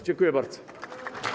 Dziękuję bardzo.